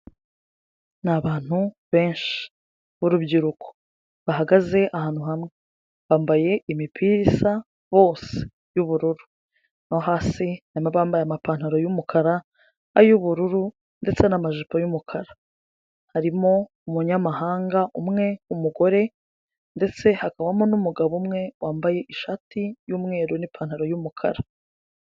Ni abantu benshi b'urubyiruko bahagaze ahantu hamwe, bambaye imipira isa bose y'ubururu no harimo abambaye amapantaro y'umukara, ay'ubururu ndetse n'amajipo y'umukara. Harimo umunyamahanga umwe w'umugore ndetse hakabamo n'umugabo umwe wambaye ishati y'umweru n'ipantaro y'umukara.